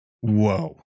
Whoa